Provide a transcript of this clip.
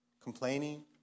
complaining